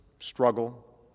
struggle,